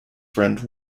friend